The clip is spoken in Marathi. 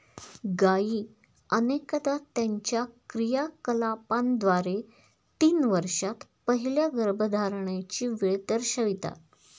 गायी अनेकदा त्यांच्या क्रियाकलापांद्वारे तीन वर्षांत पहिल्या गर्भधारणेची वेळ दर्शवितात